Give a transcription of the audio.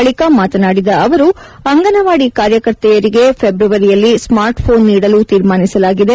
ಬಳಿಕ ಮಾತನಾಡಿದ ಅವರು ಅಂಗನವಾದಿ ಕಾರ್ಯಕರ್ತೆಯರಿಗೆ ಫೆಬ್ರವರಿಯಲ್ಲಿ ಸ್ಮಾರ್ಟ್ ಫೋನ್ ನೀಡಲು ತೀರ್ಮಾನಿಸಲಾಗಿದೆ